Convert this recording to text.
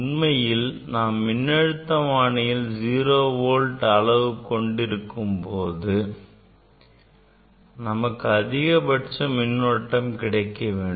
உண்மையில் நாம் மின்னழுத்தமானியில் 0V அளவைக் கொண்டு இருக்கும் போது நமக்கு அதிகபட்ச மின்னோட்டம் கிடைக்க வேண்டும்